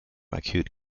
acute